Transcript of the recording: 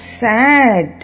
sad